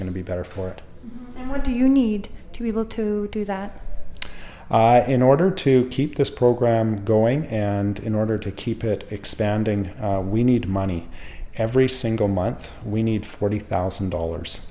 going to be better for it or do you need to be able to do that in order to keep this program going and in order to keep it expanding we need money every single month we need forty thousand dollars